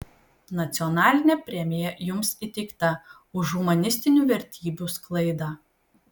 nacionalinė premija jums įteikta už humanistinių vertybių sklaidą